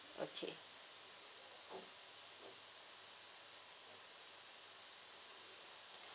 okay